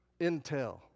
intel